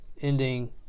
ending